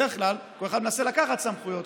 בדרך כלל כל אחד מנסה לקחת סמכויות,